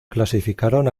clasificaron